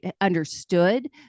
understood